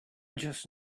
just